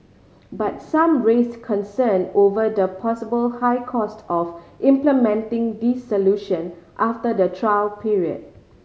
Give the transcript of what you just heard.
but some raised concern over the possible high cost of implementing these solution after the trial period